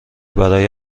برای